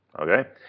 Okay